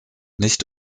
nicht